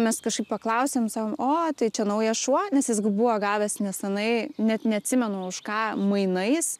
mes kažkaip paklausėm sakom o tai čia naujas šuo nes jis gi buvo gavęs nesenai net neatsimenu už ką mainais